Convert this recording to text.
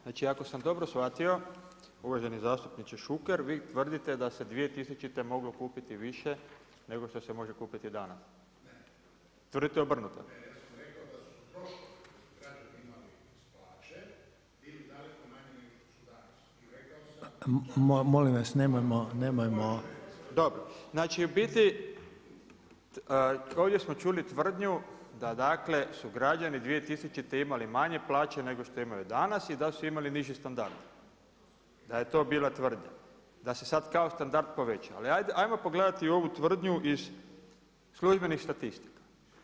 Znači ako sam dobro shvatio, uvaženi zastupniče Šuker, vi tvrdite da se 2000. moglo kupiti više nego što se može kupiti danas. … [[Upadica Šuker, ne razumije se.]] Tvrdite obrnuto? … [[Upadica Šuker, ne razumije.]] [[Upadica Reiner: Molim vas, nemojmo, nemojmo…]] Znači u biti ovdje smo čuli tvrdnju da dakle su građani 2000. imali manje plaće nego što imaju danas i da su imali niži standard, da je to bila tvrdnja, da se sad kao standard povećao, ali ajmo pogledati ovu tvrdnju iz službenih statistika.